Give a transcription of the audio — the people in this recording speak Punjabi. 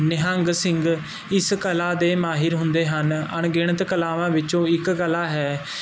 ਨਿਹੰਗ ਸਿੰਘ ਇਸ ਕਲਾ ਦੇ ਮਾਹਿਰ ਹੁੰਦੇ ਹਨ ਅਣਗਿਣਤ ਕਲਾਵਾਂ ਵਿੱਚੋਂ ਇੱਕ ਕਲਾ ਹੈ